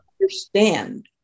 understand